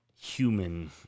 human